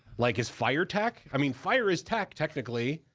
like, is fire tech? i mean, fire is tech, technically,